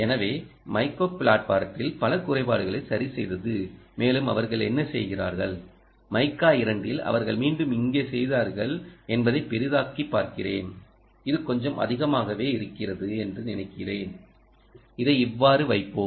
எனவே மைக்கா பிளாட்பாரத்தில் பல குறைபாடுகளைச் சரிசெய்தது மேலும் அவர்கள் என்ன செய்கிறார்கள் மைக்கா 2 இல் அவர்கள் மீண்டும் இங்கே செய்தார்கள் என்பதைப் பெரிதாக்கிப் பார்க்கிறேன் இது கொஞ்சம் அதிகமாகவே இருக்கிறது என்று நினைக்கிறேன் இதை இவ்வாறு வைப்போம்